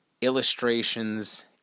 illustrations